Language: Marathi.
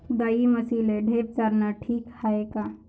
गाई म्हशीले ढेप चारनं ठीक हाये का?